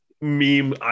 meme